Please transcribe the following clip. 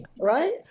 right